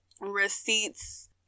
receipts